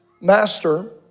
Master